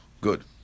Good